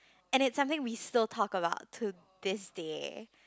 and it's something we still talk about to this day